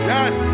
Yes